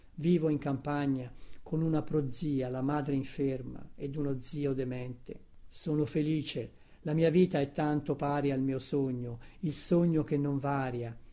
vivo in campagna con una prozia la madre inferma ed uno zio demente sono felice la mia vita è tanto pari al mio sogno il sogno che non varia